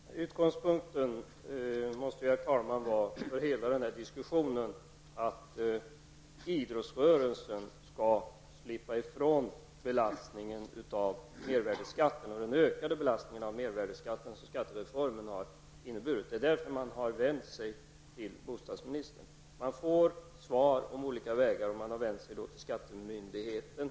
Herr talman! Utgångspunkten för hela diskussionen måste vara att idrottsrörelsen skall slippa ifrån den ökade belastning av mervärdeskatten som skattereformen har inneburit. Det är därför man har vänt sig till bostadsministern. Svar har getts om olika sätt att gå till väga, och man har sedan vänt sig till skattemyndigheten.